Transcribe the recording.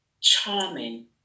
charming